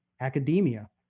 academia